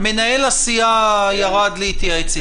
לימור מגן תלם על הצטרפותם לדיון.